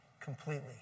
completely